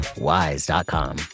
WISE.com